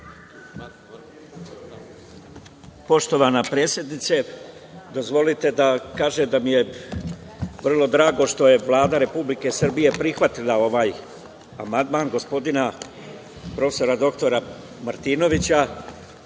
Poštovana predsednice, dozvolite mi da kažem da mi je vrlo drago što je Vlada Republike Srbije prihvatila ovaj amandman gospodina prof. dr Aleksandra Martinovića.